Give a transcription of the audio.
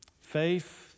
Faith